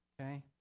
Okay